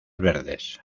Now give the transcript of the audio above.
verdes